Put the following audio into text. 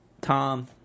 Tom